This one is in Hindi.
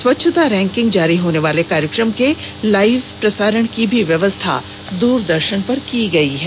स्वच्छता रैंकिंग जारी होनेवाले कार्यक्रम के लाइव प्रसारण की भी व्यवस्था की गयी है